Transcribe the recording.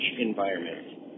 environment